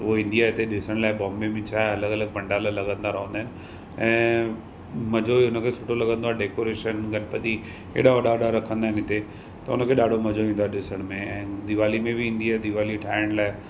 हूअ ईंदी आहे हिते ॾिसण लाइ बॉम्बे में छा आहे अलॻि अलॻि पंडाल लॻंदा रहंदा आहिनि ऐं मज़ो ई हुनखे सुठो लॻंदो आहे डैकोरेशन गनपति एॾा वॾा वॾा रखंदा आहिनि हिते त हुनखे ॾाढो मज़ो ईंदो आहे ॾिसण में ऐं दिवाली में बि ईंदी आहे दिवाली ठाहिण लाइ